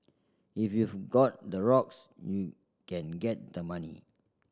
if you've got the rocks you can get the money